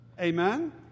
Amen